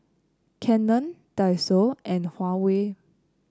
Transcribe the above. Canon Daiso and Huawei